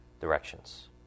directions